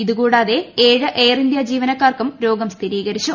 ഇതുകൂടാതെ ഏഴ് Air India ജീവനക്കാർക്കും രോഗം സ്ഥിരീകരിച്ചു